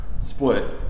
split